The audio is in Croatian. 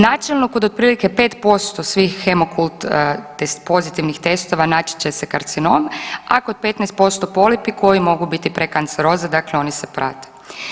Načelno kod otprilike 5% svih hemokult pozitivnih testova naći će se karcinom, a kod 15% polipi koji mogu biti prekanceroza, dakle oni se prate.